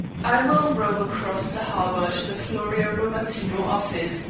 i will row across the harbor to the florio-rubattino office,